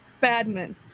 Badman